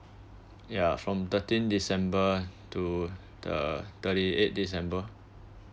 ya from thirteen december to the thirty eight december